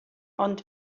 ond